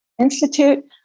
institute